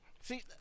See